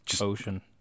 ocean